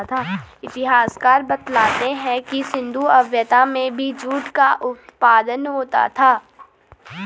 इतिहासकार बतलाते हैं कि सिन्धु सभ्यता में भी जूट का उत्पादन होता था